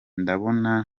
ndabona